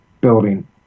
building